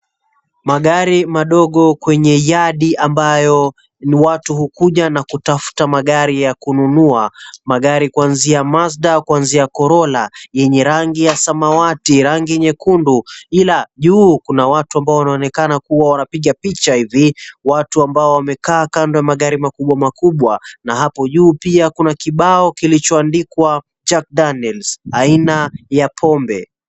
Magari madogo kwenye yardi ambayo ni watu hukuja na kutafuta magari ya kununua. Magari kuanzia Mazda, kuanzia Corolla, yenye rangi ya samawati, rangi nyekundu ila juu kuna watu ambao wanaonekana kuwa wanapiga picha hivi, watu ambao wamekaa kando ya magari makubwa makubwa na hapo juu pia kuna kibao kilichoandikwa, Jack Daniels, aina ya pombe.